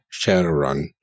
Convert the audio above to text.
Shadowrun